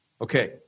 Okay